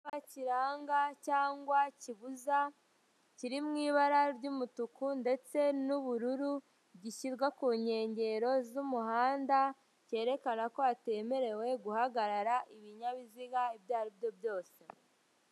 Icyapa kiranga cyangwa kibuza kiri mu ibara ry'umutuku ndetse n'ubururu gishyirwa ku nkengero z'umuhanda cyerekana ko hatemerewe guhagarara ibinyabiziga ibyo aribyo byose .